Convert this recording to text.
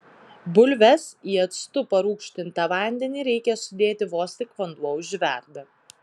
bulves į actu parūgštintą vandenį reikia sudėti vos tik vanduo užverda